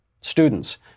students